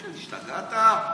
השתגעת?